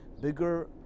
bigger